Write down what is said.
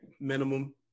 minimum